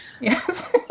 Yes